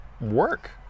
work